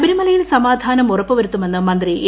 ശബരിമലയിൽ സമാധാനം ഉറപ്പുവരുത്തുമെന്ന് മന്ത്രി എ